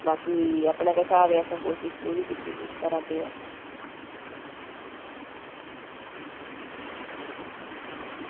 ते बाकी अपने कशा कोशिश पूरी करा दे आं कीती दी